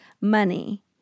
money